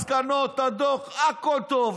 המסקנות, הדוח, הכול טוב.